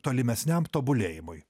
tolimesniam tobulėjimui